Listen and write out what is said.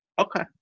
Okay